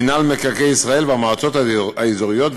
מינהל מקרקעי ישראל והמועצות האזוריות,